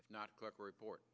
if not corporate board